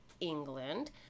England